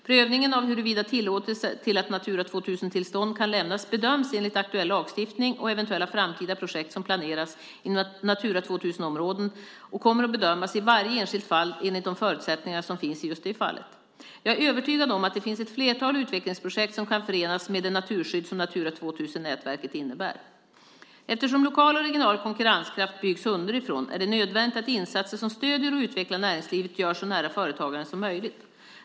Prövningen av huruvida tillåtelse till att Natura 2000-tillstånd kan lämnas bedöms enligt aktuell lagstiftning, och eventuella framtida projekt som planeras inom Natura 2000-områden kommer att bedömas i varje enskilt fall enligt de förutsättningar som finns i just det fallet. Jag är övertygad om att det finns ett flertal utvecklingsprojekt som kan förenas med det naturskydd som Natura 2000-nätverket innebär. Eftersom lokal och regional konkurrenskraft byggs underifrån är det nödvändigt att insatser som stöder och utvecklar näringslivet görs så nära företagaren som möjligt.